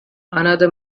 another